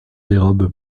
dérobe